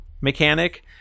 mechanic